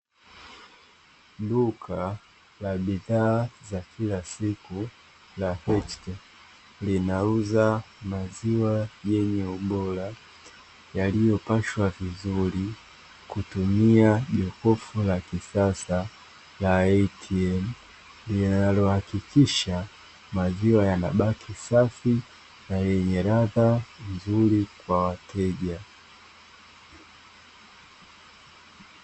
Duka la bidhaa za kila siku la "H-Tech" linauza maziwa yenye ubora, yaliopashwa vizuri kutumia jokofu la kisasa la "ATM" linalohakikisha maziwa yanabaki safi na yenye ladha nzuri kwa wateja.